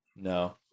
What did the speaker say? No